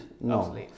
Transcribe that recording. No